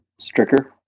Stricker